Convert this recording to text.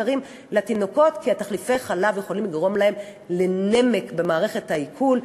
כי תחליפי החלב יכולים לגרום להם לנמק במערכת העיכול,